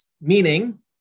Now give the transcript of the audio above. Meaning